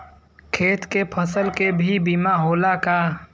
खेत के फसल के भी बीमा होला का?